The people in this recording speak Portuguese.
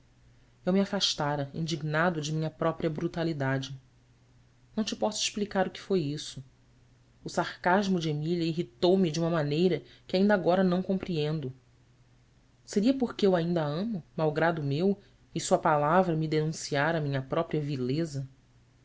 eu me afastara indignado de minha própria brutalidade não te posso explicar o que foi isso o sarcasmo de emília irritou me de uma maneira que ainda agora não compreendo seria porque eu ainda a amo malgrado meu e sua palavra me denunciara minha própria vileza